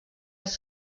els